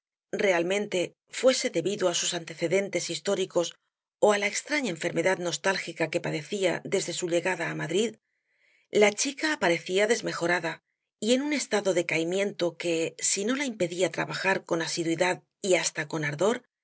realmente fuese debido á sus antecedentes históricos ó á la extraña enfermedad nostálgica que padecía desde su llegada á madrid la chica aparecía desmejorada y en un estado de caimiento que si no la impedía trabajar con asiduidad y hasta con ardor